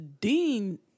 Dean